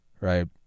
right